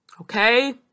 Okay